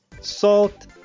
salt